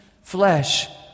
flesh